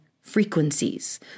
frequencies